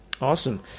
Awesome